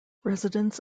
residents